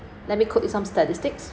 let me quote you some statistics